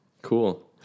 Cool